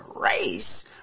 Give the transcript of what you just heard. race